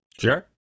Sure